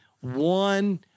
one